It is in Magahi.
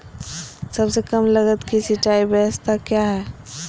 सबसे कम लगत की सिंचाई ब्यास्ता क्या है?